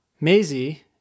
Maisie